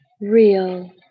real